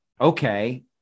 Okay